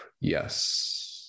Yes